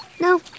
No